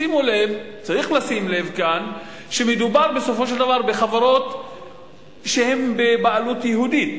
צריך לשים לב שמדובר בחברות שהן בבעלות יהודית,